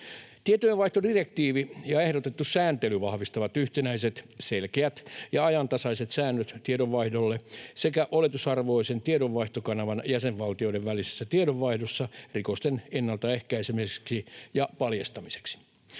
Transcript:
Tietojenvaihtodirektiivi ja ehdotettu sääntely vahvistavat yhtenäiset, selkeät ja ajantasaiset säännöt tiedonvaihdolle sekä oletusarvoisen tiedonvaihtokanavan jäsenvaltioiden välisessä tiedonvaihdossa rikosten ennalta ehkäisemiseksi ja paljastamiseksi.